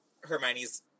Hermione's